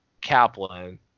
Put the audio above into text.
Kaplan